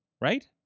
Right